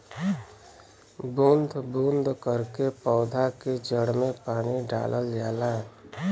बूंद बूंद करके पौधा के जड़ में पानी डालल जाला